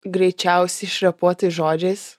greičiausiai išrepuotais žodžiais